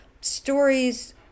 stories